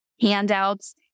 handouts